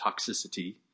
toxicity